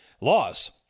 Laws